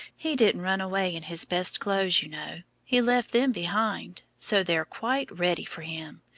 he didn't run away in his best clothes, you know he left them behind. so they're quite ready for him.